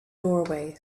doorway